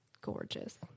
Gorgeous